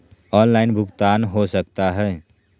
Online भुगतान हो सकता है?